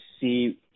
see